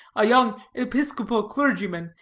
a young episcopal clergyman,